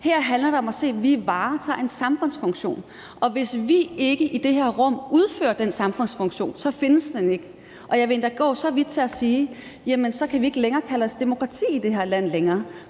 Her handler det om at se, at vi varetager en samfundsfunktion, og hvis vi ikke i det her rum udfører den samfundsfunktion, så findes den ikke. Jeg vil endda gå så vidt som til at sige, at så kan vi ikke længere kalde os for et demokrati i det her land, for